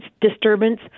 disturbance